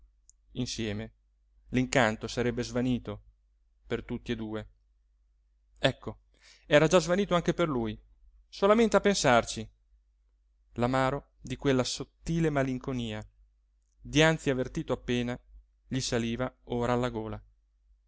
insieme l'incanto sarebbe svanito per tutt'e due ecco era già svanito anche per lui solamente a pensarci l'amaro di quella sottile malinconia dianzi avvertito appena gli saliva ora alla gola